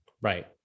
Right